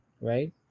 right